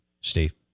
Steve